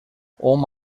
hom